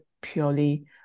purely